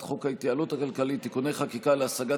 חוק ההתייעלות הכלכלית (תיקוני חקיקה להשגת